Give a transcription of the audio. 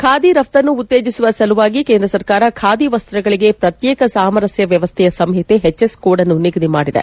ಖಾದಿ ರಫ್ತನ್ನು ಉತ್ತೇಜಿಸುವ ಸಲುವಾಗಿ ಕೇಂದ್ರ ಸರ್ಕಾರ ಖಾದಿ ವಸ್ತಗಳಗೆ ಪ್ರತ್ತೇಕ ಸಾಮರಸ್ತ ವ್ದವಸ್ವೆಯ ಸಂಹಿತೆ ಹೆಚ್ ಎಸ್ ಕೋಡ್ನ್ನು ನಿಗದಿ ಮಾಡಿದೆ